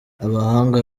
abahanga